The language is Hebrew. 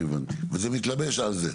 הבנתי, וזה מתלבש על זה?